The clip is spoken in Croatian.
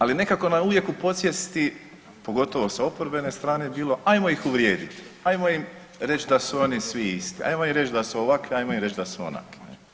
Ali, nekako nam uvijek u podsvijesti, pogotovo sa oporbene strane bilo, ajmo ih uvrijediti, ajmo im reći da su oni svi isti, ajmo im reći da su ovakvi, ajmo im reći da su onakvi.